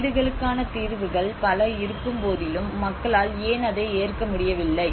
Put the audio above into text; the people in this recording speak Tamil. வீடுகளுக்கான தீர்வுகள் பல இருக்கும் போதிலும் மக்களால் ஏன் அதை ஏற்கமுடியவில்லை